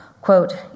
Quote